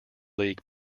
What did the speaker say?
league